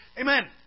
Amen